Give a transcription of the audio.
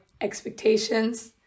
expectations